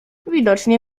widocznie